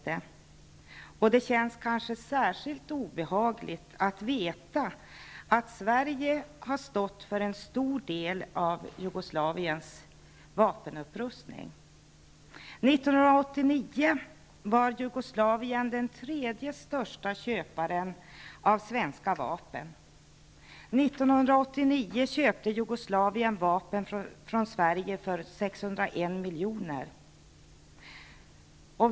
Det känns kanske särskilt obehagligt att veta att Sverige har stått för en stor del av Jugoslavien var 1989 den tredje största köparen av svenska vapen. Man köpte då vapen från Sverige för 601 milj.kr.